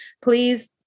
please